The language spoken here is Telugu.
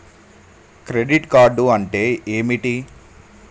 క్రెడిట్ కార్డ్ అంటే ఏమిటి?